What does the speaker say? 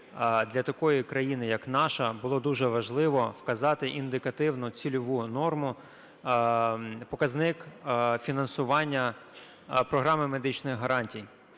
для такої країни, як наша, було дуже важливо вказати індикативну цільову норму, показник фінансування програми медичних гарантій.